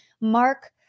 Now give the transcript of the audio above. Mark